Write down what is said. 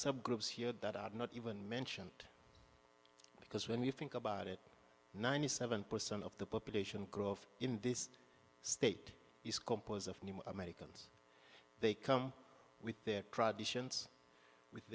some groups here that are not even mention it because when you think about it ninety seven percent of the population growth in this state is composed of americans they come with their with